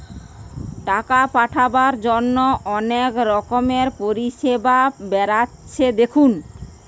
টাকা পাঠাবার জন্যে অনেক রকমের পরিষেবা বেরাচ্ছে দেখুন